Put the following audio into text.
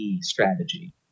strategy